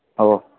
हो